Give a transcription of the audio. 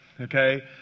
okay